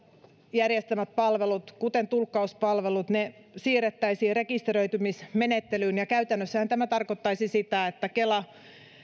järjestämät palvelut kuten tulkkauspalvelut siirrettäisiin rekisteröitymismenettelyyn ja käytännössähän tämä tarkoittaisi sitä että kela